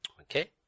Okay